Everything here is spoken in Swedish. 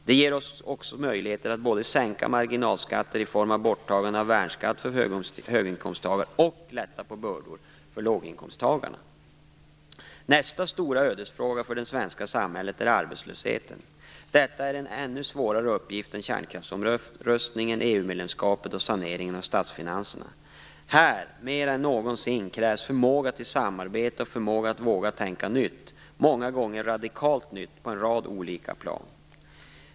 Det ger oss också möjligheter att både sänka marginalskatter i form av borttagande av värnskatten för höginkomsttagarna och lätta på bördor för låginkomsttagarna. Nästa stora ödesfråga för det svenska samhället är arbetslösheten. Detta är en ännu svårare uppgift än kärnkraftsomröstningen, EU-medlemskapet och saneringen av statsfinanserna. Här mera än någonsin krävs förmåga till samarbete och förmåga att våga tänka nytt, många gånger radikalt nytt, på en rad olika plan.